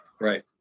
Right